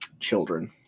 Children